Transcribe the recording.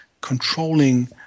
controlling